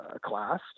class